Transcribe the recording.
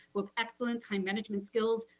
with excellent time management skills.